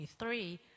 2023